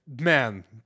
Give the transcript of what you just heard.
man